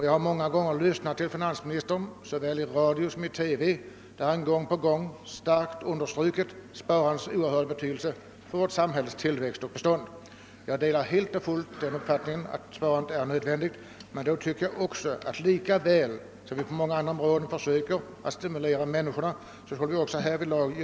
Jag har många gånger lyssnat på finansministern såväl i radio som i TV och gång på gång hört honom understryka vilken oerhört stor betydelse sparandet har för samhällets tillväxt och bestånd. Jag delar helt hans åsikt att sparandet är nödvändigt. Därför tycker jag att vi bör försöka stimulera människorna härtill.